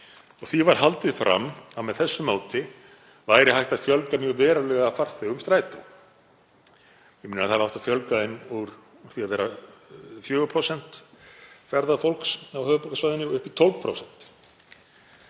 Því var haldið fram að með þessu móti væri hægt að fjölga mjög verulega farþegum Strætó. Mig minnir að það hafi átt að fjölga þeim úr því að vera 4% ferðafólks á höfuðborgarsvæðinu í 12%.